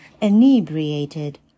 inebriated